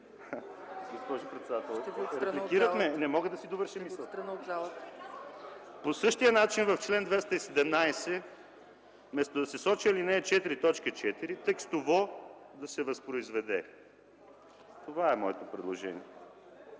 Госпожо председател, от реплики - не мога да си довърша мисълта. По същия начин в чл. 217, вместо да се сочи ал. 4, т. 4, текстово да се възпроизведе. Това е моето предложение.